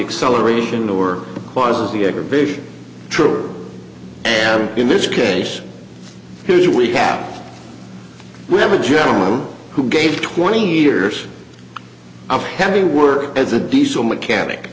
acceleration or cause the aggravation true and in this case because we have we have a gentleman who gave twenty years of heavy work as a diesel mechanic